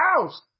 house